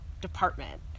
department